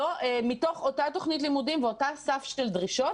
מתוך אותה תוכנית לימודים ואותו סף של דרישות